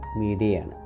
media